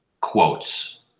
quotes